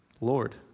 Lord